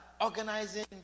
organizing